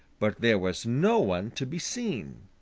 but there was no one to be seen.